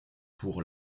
pour